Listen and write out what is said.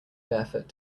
barefoot